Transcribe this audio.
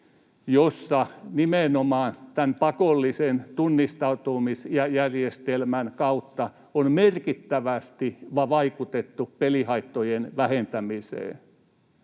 jossa nimenomaan tämän pakollisen tunnistautumisjärjestelmän kautta on merkittävästi vaikutettu pelihaittojen vähentämiseen.